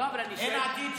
אין עתיד שם.